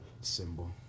symbol